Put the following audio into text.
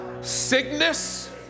Sickness